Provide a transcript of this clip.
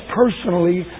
personally